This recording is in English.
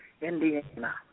Indiana